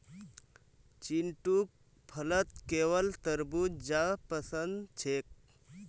चिंटूक फलत केवल तरबू ज पसंद छेक